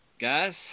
guys